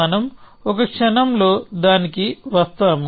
మనం ఒక క్షణంలో దానికి వస్తాము